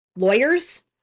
lawyers